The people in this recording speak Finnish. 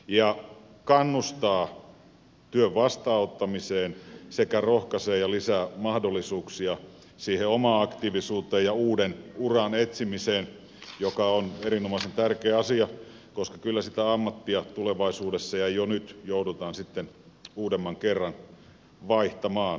tämä kannustaa työn vastaanottamiseen sekä rohkaisee ja lisää mahdollisuuksia siihen omaan aktiivisuuteen ja uuden uran etsimiseen joka on erinomaisen tärkeä asia koska kyllä sitä ammattia tulevaisuudessa ja jo nyt joudutaan useamman kerran vaihtamaan